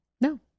No